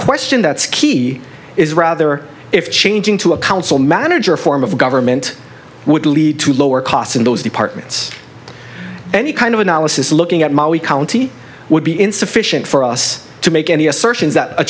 question that's key is rather if changing to a council manager form of government would lead to lower costs in those departments any kind of analysis looking at mali county would be insufficient for us to make any